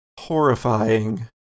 horrifying